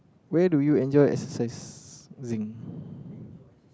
where do you enjoy exercising